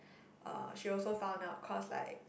uh she also found out because like